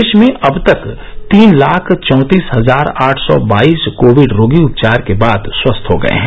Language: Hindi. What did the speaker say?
देश में अब तक तीन लाख चौंतीस हजार आठ सौ बाईस कोविड रोगी उपचार के बाद स्वस्थ हो गए हैं